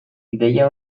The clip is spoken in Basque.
ideia